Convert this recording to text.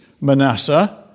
Manasseh